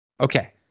Okay